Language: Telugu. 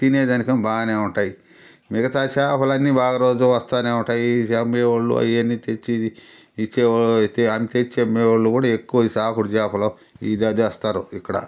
తినేదానికేమో బానే ఉంటాయి మిగతా చేపలన్నీ బాగా రోజూ వస్తానే ఉంటాయి అమ్మేవోళ్ళు అయన్నీ తెచ్చి ఇచ్చేవో అన్తెచ్చి అమ్మేవోళ్ళు కూడా ఎక్కువ ఈ సాగుడి చేపలు ఇదే తెస్తారు ఇక్కడ